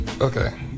okay